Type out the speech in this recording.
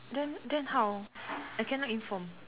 then then how I cannot inform